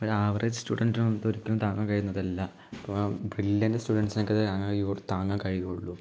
ഒരാവറേജ് സ്റ്റുഡൻറ്റിനൊന്തൊരിക്കലും താങ്ങാൻ കഴിയുന്നതല്ല അപ്പം ബ്രില്ലിയൻറ്റ് സ്റ്റുഡൻസിനക്കെ ഇത് താങ്ങാൻ കഴിവു താങ്ങാൻ കഴിയുക ഉള്ളു